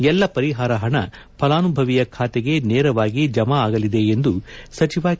ಎಲ್ಲ ಪರಿಹಾರ ಹಣ ಫಲಾನುಭವಿಯ ಖಾತೆಗೆ ನೇರವಾಗಿ ಜಮಾ ಆಗಲಿದೆ ಎಂದು ಸಚಿವ ಕೆ